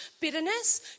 bitterness